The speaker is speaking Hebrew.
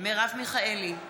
מרב מיכאלי,